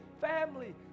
family